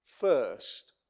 first